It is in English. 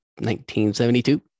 1972